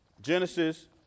Genesis